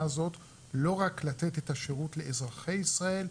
הזאת לא רק לתת את השירות לאזרחי ישראל,